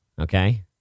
Okay